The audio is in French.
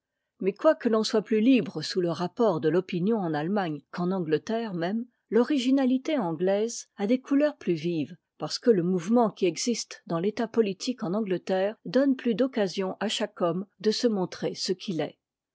mais quoique l'on soit plus libre sous le rapport de l'opinion en allemagne qu'en angleterre même l'originalité anglaise a des couleurs plus vives parce que le mouvement qui existe dans l'état politique en angleterre donne plus d'occasions à chaque homme de se montrer ce qu'il est